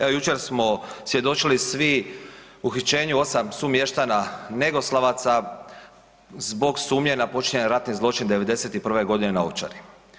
Evo jučer smo svjedočili svi uhićenju osam sumještana Negoslavaca zbog sumnje na počinjeni ratni zločin '91. godine na Ovčari.